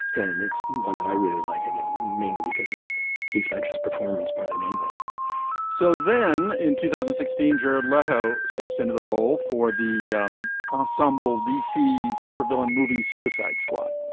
and it's one that i really liking and mainly because of heath ledger's performance more than anything so then in two thousand and sixteen jared leto steps into the role for the um ensemble dc supervillain movie suicide squad